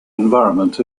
environment